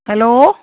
hello